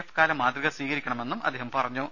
F കാല മാതൃക സ്വീകരിക്കണമെന്നും അദ്ദേഹം പറഞ്ഞു